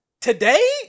today